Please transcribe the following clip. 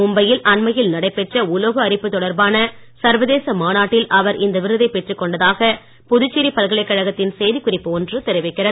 மும்பையில் அண்மையில் நடைபெற்ற உலோக அரிப்பு தொடர்பான சர்வதேச மாநாட்டில் அவர் இந்த விருதைப் பெற்றுக் கொண்டதாக புதுச்சேரி பல்கலைக்கழகத்தின் செய்திக் குறிப்பு ஒன்று தெரிவிக்கிறது